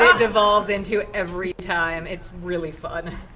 ah devolves into every time. it's really fun.